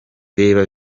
reba